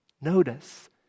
Notice